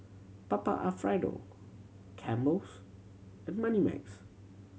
Papa Alfredo Campbell's and Moneymax